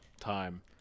time